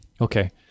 okay